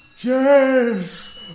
Yes